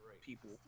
people